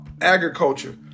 agriculture